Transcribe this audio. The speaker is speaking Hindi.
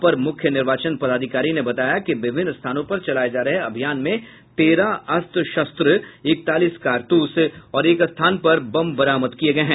अपर मुख्य निर्वाचन पदाधिकारी ने बताया कि विभिन्न स्थानों पर चलाये जा रहे अभियान में तेरह अस्त्र शस्त्र इकतालीस कारतूस और एक स्थान पर बम बरामद किये गये हैं